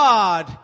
God